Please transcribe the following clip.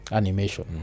animation